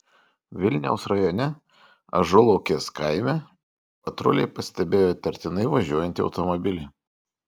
vilniaus rajone ažulaukės kaime patruliai pastebėjo įtartinai važiuojantį automobilį